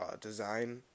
design